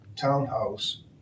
townhouse